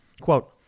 quote